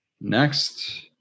Next